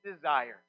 desire